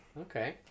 okay